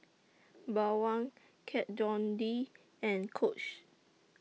Bawang Kat Von D and Coach